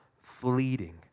fleeting